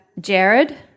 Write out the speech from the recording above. Jared